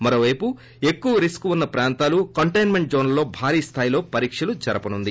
మరోవైపు ఎక్కువ రిస్క్ ఉన్న ప్రాంతాలు కాంటైన్మేంట్ జోన్ లలో భారీ స్థాయలో పరీక్షలు జరపనుంది